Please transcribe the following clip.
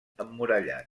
emmurallat